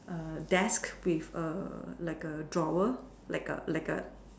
err desk with a like a drawer like a like A